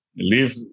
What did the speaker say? leave